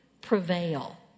prevail